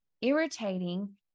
irritating